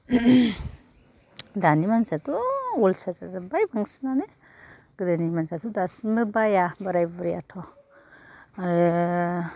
दानि मानसियाथ' अलसिया जाजोब्बाय बांसिनानो गोदोनि मानसियाथ' दासिमबो बाया बोराय बुरियाथ' आरो